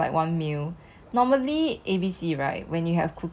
ya and then you have to teach you how to make uh onion soup ah